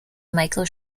michael